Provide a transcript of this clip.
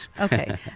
Okay